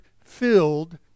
filled